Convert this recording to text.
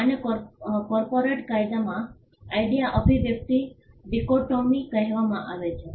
આને કોર્પોરેટ કાયદામાં આઇડિયા અભિવ્યક્તિ ડિકોટોમી કહેવામાં આવે છે